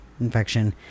infection